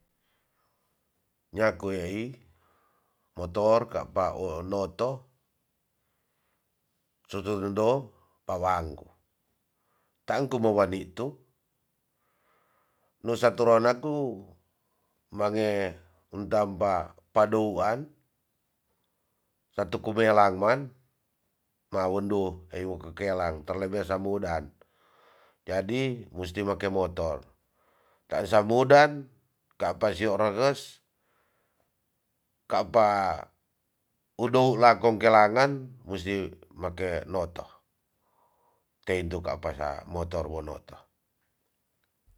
Nyaku yaai motor kapa o noto susunendo pawanggu kang kubawa nitu nosa torona ku mange untampa padouan satu kubelang man mawundu ai wo kakelang terlebe sabudan jadi musti make motor tansa mudan kapa sio reges kapa udou lakong kelangan musti musti make noto teintu kapa sa motor wo noto.